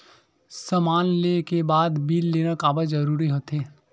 समान ले के बाद बिल लेना काबर जरूरी होथे?